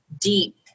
deep